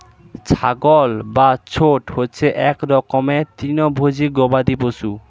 ছাগল বা গোট হচ্ছে এক রকমের তৃণভোজী গবাদি পশু